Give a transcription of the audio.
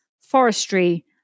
forestry